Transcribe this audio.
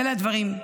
ואלה הדברים: